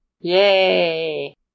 Yay